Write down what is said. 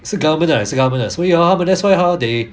是 government 的是 government 的所以 ah 他们 that's why how they